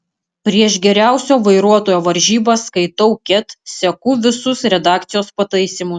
prieš geriausio vairuotojo varžybas skaitau ket seku visus redakcijos pataisymus